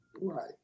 right